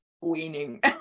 weaning